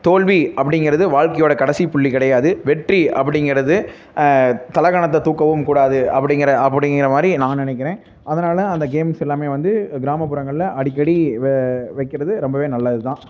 தோல்வி அப்படிங்கிறது வாழ்க்கையோட கடைசிப்புள்ளி கிடையாது வெற்றி அப்படிங்கிறது தலை கணத்தை தூக்கவும் கூடாது அப்படிங்கிற அப்படிங்கிற மாதிரி நான் நினைக்கிறேன் அதனால் தான் அந்த கேம்ஸ் எல்லாமே வந்து கிராமப்புறங்களில் அடிக்கடி வ வைக்கிறது ரொம்பவே நல்லதுதான்